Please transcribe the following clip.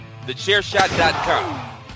Thechairshot.com